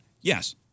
Yes